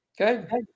Okay